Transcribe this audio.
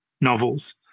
novels